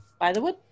Bythewood